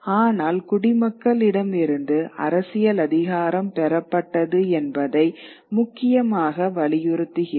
ஆனால் குடிமக்களிடமிருந்து அரசியல் அதிகாரம் பெறப்பட்டது என்பதை முக்கியமாக வலியுறுத்துகிறார்